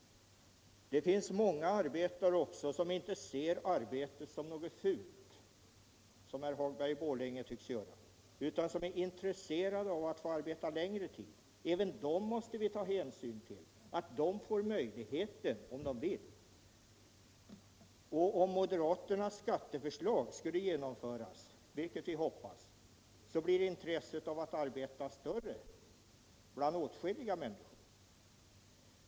Det är också många arbetare som inte ser arbetet som någonting fult, vilket herr Hagberg i Borlänge tycks göra, utan som är intresserade av att få arbeta längre tid. Även dem måste vi ta hänsyn till, så att de får möjligheter att göra det om de vill. Om moderaternas skatteförslag skulle genomföras — vilket vi hoppas — blir intresset av att arbeta större hos åtskilliga människor.